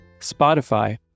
Spotify